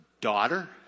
daughter